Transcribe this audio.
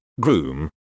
groom